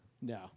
No